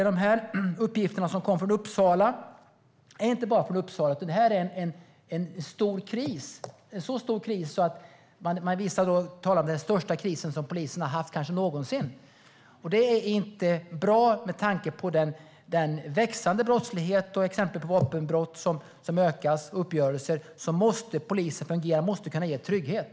De här uppgifterna kommer inte bara från Uppsala, utan det här är en så stor kris att vissa talar om den kanske största kris som polisen någonsin har haft. Det är inte bra med tanke på den växande brottsligheten, till exempel vapenbrott och uppgörelser som ökar. Polisen måste fungera och kunna ge trygghet!